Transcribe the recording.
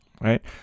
right